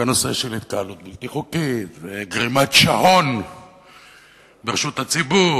בנושא של התקהלות בלתי חוקית וגרימת שאון ברשות הציבור